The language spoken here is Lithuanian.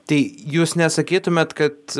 tai jūs nesakytumėt kad